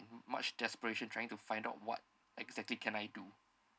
much desperation trying to find out what exactly can I do